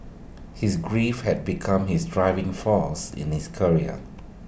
his grief had become his driving force in his career